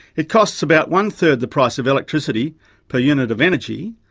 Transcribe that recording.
it costs about one third the price of electricity per unit of energy,